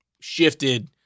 shifted